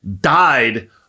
died